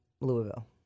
Louisville